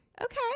okay